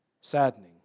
saddening